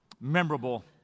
memorable